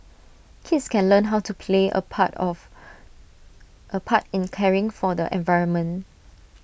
kids can learn how to play A part of A part in caring for the environment